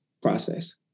process